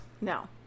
No